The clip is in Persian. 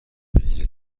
بگیره